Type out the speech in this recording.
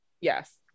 Yes